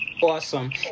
Awesome